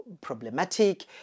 problematic